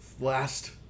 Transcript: last